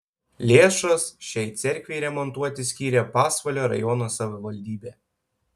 lėšas šiai cerkvei remontuoti skyrė pasvalio rajono savivaldybė